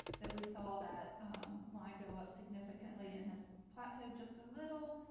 that we saw that line go up significantly and has plateaued just a little,